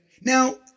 Now